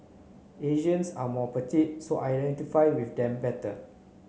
Asians are more petite so I identify with them better